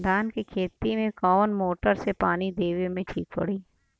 धान के खेती मे कवन मोटर से पानी देवे मे ठीक पड़ी?